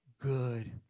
good